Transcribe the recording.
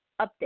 Update